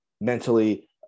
mentally